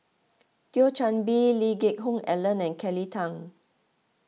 Thio Chan Bee Lee Geck Hoon Ellen and Kelly Tang